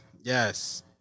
Yes